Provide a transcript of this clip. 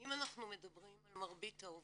אם אנחנו מדברים על מרבית העובדים,